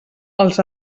els